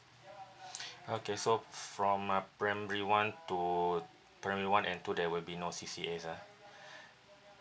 okay so from uh primary one to primary one and two there will be no C_C_A's ah